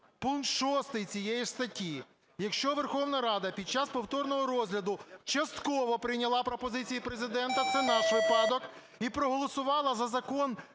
Пункт 6 цієї ж статті: "Якщо Верховна Рада під час повторного розгляду частково прийняла пропозиції Президента – це наш випадок – і проголосувала за закон